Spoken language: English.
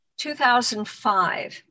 2005